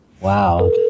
Wow